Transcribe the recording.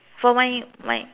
for my my